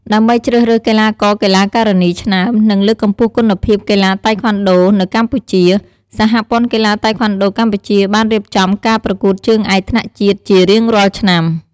ដើម្បីជ្រើសរើសកីឡាករ-កីឡាការិនីឆ្នើម និងលើកកម្ពស់គុណភាពកីឡាតៃក្វាន់ដូនៅកម្ពុជា សហព័ន្ធកីឡាតៃក្វាន់ដូកម្ពុជាបានរៀបចំការប្រកួតជើងឯកថ្នាក់ជាតិជារៀងរាល់ឆ្នាំ។